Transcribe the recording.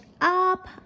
up